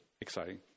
Exciting